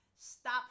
stop